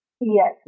Yes